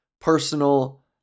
personal